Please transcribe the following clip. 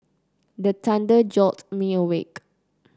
the thunder jolt me awake